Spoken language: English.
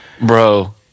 Bro